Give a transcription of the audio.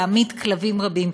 להמית כלבים רבים.